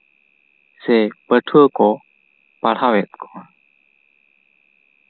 ᱥᱮ ᱯᱟᱴᱷᱩᱣᱟᱹ ᱠᱚ ᱯᱟᱲᱦᱟᱣᱮᱜ ᱠᱚᱣᱟ